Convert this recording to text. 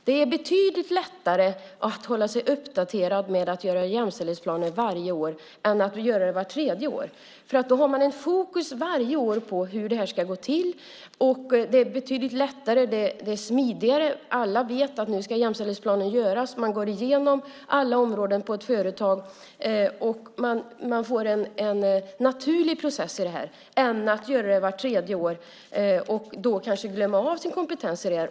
Det är betydligt lättare att hålla sig uppdaterad med nya jämställdhetsplaner varje år än vart tredje år. Då finns varje år fokus på hur det ska gå till. Det är betydligt lättare och smidigare. Alla vet att jämställdhetsplaner ska göras. Alla områden på ett företag gås igenom och det blir en naturlig process. Om arbetet görs vart tredje år kanske kompetensen glöms bort.